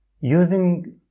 using